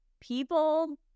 people